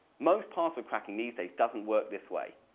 most password cracking these days doesn't work this way.